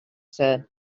said